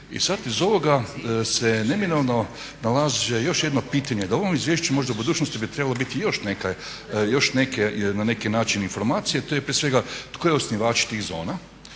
I sad iz ovoga se neminovno nalaže još jedno pitanje, da u ovom izvješću možda u budućnosti bi trebalo biti još neke na neki način informacije. To je prije svega tko je osnivač tih zona